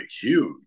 huge